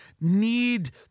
need